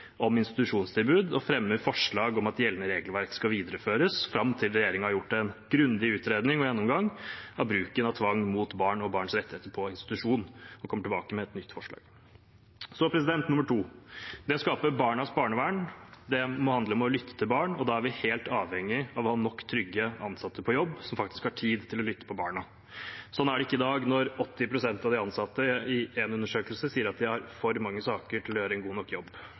om institusjonstilbud og fremmer forslag om at gjeldende regelverk skal videreføres fram til regjeringen har gjort en grundig utredning og gjennomgang av bruken av tvang mot barn og barns rettigheter på institusjon og kommer tilbake med et nytt forslag. Så nr. 2: Det å skape barnas barnevern må handle om å lytte til barn, og da er vi helt avhengig av å ha nok trygge ansatte på jobb, som faktisk har tid til å lytte til barna. Sånn er det ikke i dag når 80 pst. av de ansatte i en undersøkelse sier at de har for mange saker til å gjøre en god nok jobb.